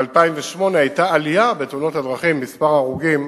ב-2008 היתה עלייה בתאונות הדרכים, במספר ההרוגים,